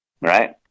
right